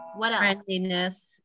Friendliness